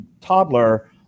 toddler